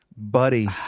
Buddy